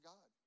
God